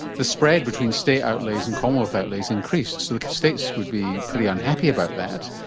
the spread between state outlays and commonwealth outlays increased, so the states would be pretty unhappy about that,